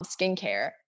skincare